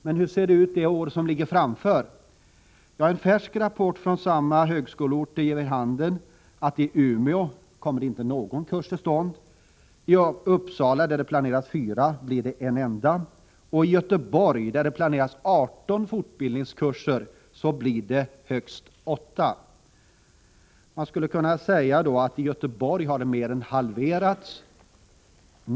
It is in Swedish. Men hur ser det ut för det år som ligger framför oss? En färsk rapport från samma högskoleorter ger vid handen att i Umeå kommer inte någon kurs till stånd. I Uppsala, där man har planerat tre kurser, blir det en enda. I Göteborg, där man har planerat 18 fortbildningskurser, blir det högst åtta. I Göteborg har antalet kurser alltså mer än halverats.